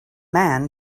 man